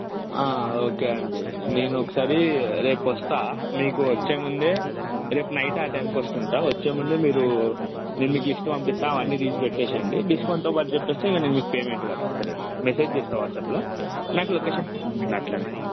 okay అండి నేను ఒకసారి రేపొస్తా మీకు వచ్చే ముందే రేపు నైట్ ఆ టైంకి వస్తుంటా వచ్చే ముందే మీరు నేను మీకు లిస్ట్ పంపిస్తా అవన్నీ తీసి పెట్టేసేయండి డిస్కౌంట్తో బడ్జెట్ వస్తే ఇక నేను పేమెంట్ కట్టేస్తా రేపు మెసేజ్ చేస్తా వాట్స్యాప్లో నాకు లొకేషన్ అట్లనే